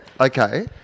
okay